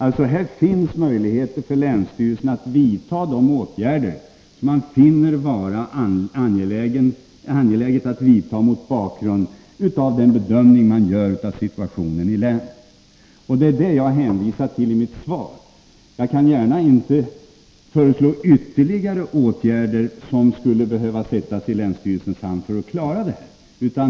Länsstyrelserna kan alltså vidta de åtgärder som de finner det vara angeläget att vidta mot bakgrund av den bedömning de gör av situationen i länet. Det är detta jag hänvisar till i mitt svar. Jag kan inte gärna behöva föreslå ytterligare åtgärder som skulle sättas i länsstyrelsernas hand för att klara den här uppgiften.